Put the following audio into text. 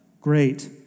great